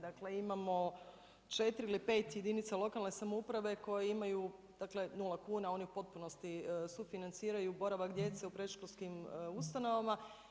Dakle imamo 4 ili 5 jedinica lokalne samouprave, koje imaju 0 kuna, oni u potpunosti sufinanciraju boravak djece u predškolskim ustanovama.